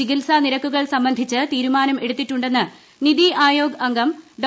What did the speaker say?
ചികിത്സാ നിരക്കുകൾ സംബന്ധിച്ച് തീരുമാനം എടുത്തിട്ടുണ്ടെന്ന് നിതി ആയോഗ് അംഗം ഡോ